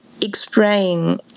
explain